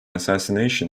assassination